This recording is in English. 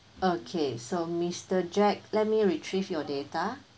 okay so mister jack let me retrieve your data